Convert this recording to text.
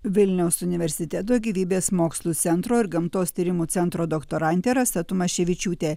vilniaus universiteto gyvybės mokslų centro ir gamtos tyrimų centro doktorantė rasa tumaševičiūtė